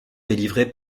délivrée